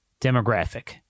demographic